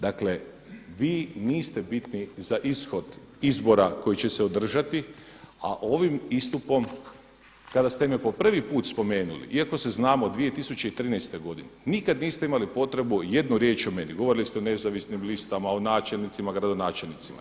Dakle vi niste bitni za ishod izbora koji će se održati a ovim istupom kada ste me po prvi put spomenuli iako se znamo od 2013. godine nikada niste imali potrebu jednu riječ o meni, govorili ste o nezavisnim listama, o načelnicima, gradonačelnicima.